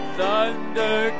thunder